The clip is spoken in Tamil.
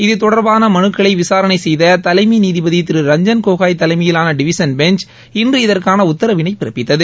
இத்தொடர்பான மனுக்களை விசாரணை செய்த தலைமை நீதிபதி திரு ரஞ்சன் கோகோய் தலைமையிலான டிவிசன் பெஞ்ச் இன்று இதற்கான உத்தரவினை பிறப்பித்தது